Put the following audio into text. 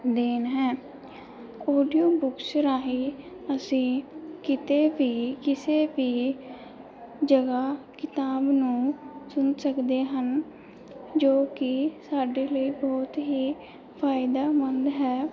ਦੇਣ ਹੈ audio books ਰਾਹੀਂ ਅਸੀਂ ਕਿਤੇ ਵੀ ਕਿਸੇ ਵੀ ਜਗ੍ਹਾ ਕਿਤਾਬ ਨੂੰ ਸੁਣ ਸਕਦੇ ਹਨ ਜੋ ਕਿ ਸਾਡੇ ਲਈ ਬਹੁਤ ਹੀ ਫਾਇਦਾਮੰਦ ਹੈ